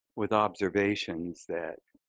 with observations that